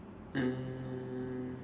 um